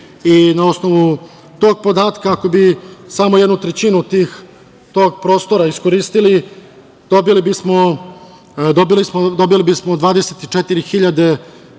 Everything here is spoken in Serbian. i na osnovu tog podatka ako bi samo jednu trećinu tog prostora iskoristili, dobili bismo 24